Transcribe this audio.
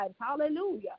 hallelujah